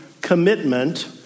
commitment